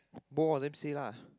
both of them say lah